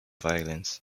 violence